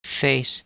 face